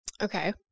Okay